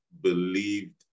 believed